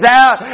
out